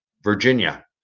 virginia